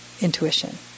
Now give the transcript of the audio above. Intuition